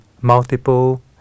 multiple